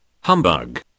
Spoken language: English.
Humbug